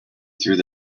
through